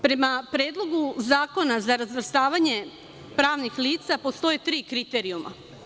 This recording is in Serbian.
Prema Predlogu zakona za razvrstavanje pravnih lica, postoje tri kriterijuma.